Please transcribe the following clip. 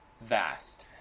vast